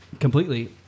Completely